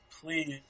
please